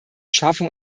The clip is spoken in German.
schaffung